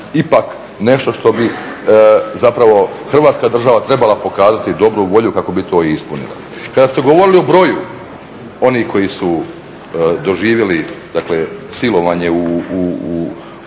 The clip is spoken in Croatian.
ipak nešto što bi zapravo Hrvatska država trebala pokazati dobru volju kako bi to ispunila. Kada ste govorili o broju onih koji su doživjeli dakle silovanje u